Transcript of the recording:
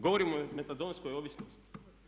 Govorim o metadonskoj ovisnosti.